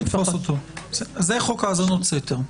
זה חוק האזנות סתר.